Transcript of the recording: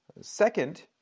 Second